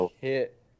hit